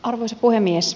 arvoisa puhemies